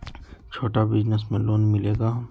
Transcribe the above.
छोटा बिजनस में लोन मिलेगा?